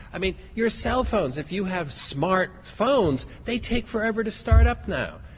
i mean your cell phones, if you have smart phones they take forever to start up now,